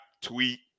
tweet